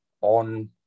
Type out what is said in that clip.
on